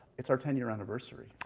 it's our ten year anniversary.